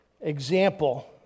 example